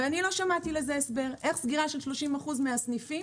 לא שמעתי הסבר לאיך סגירה של 30% מהסניפים,